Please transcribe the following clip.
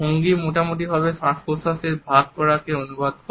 হঙ্গি মোটামুটিভাবে শ্বাস প্রশ্বাসের ভাগ করাকে অনুবাদ করে